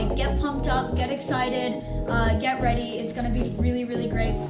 get pumped up get excited get ready. it's gonna be really really great.